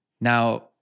Now